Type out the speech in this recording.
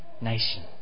nation